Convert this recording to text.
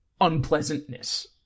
unpleasantness